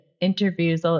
interviews